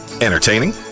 entertaining